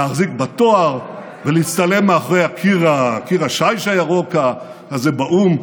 להחזיק בתואר ולהצטלם מאחורי קיר השיש הירוק באו"ם,